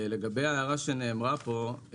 לגבי ההערה שנאמרה פה,